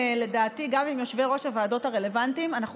לדעתי גם עם יושבי-ראש הוועדות הרלוונטיים: אנחנו